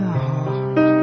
heart